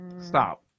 Stop